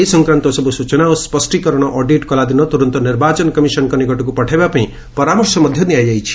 ଏ ସଂକ୍ରାନ୍ତ ସବୁ ସ୍ଚ୍ଚନା ଓ ସ୍କ୍ଷୀକରଣ ଅଡିଟ୍ କଲାଦିନ ତୁରନ୍ତ ନିର୍ବାଚନ କମିଶନ୍ଙ୍କ ନିକଟକୁ ପଠାଇବାପାଇଁ ପରାମର୍ଶ ଦିଆଯାଇଛି